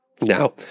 Now